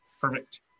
perfect